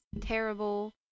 terrible